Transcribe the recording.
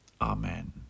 Amen